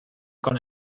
con